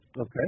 Okay